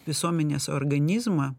visuomenės organizmą